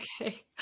Okay